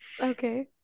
okay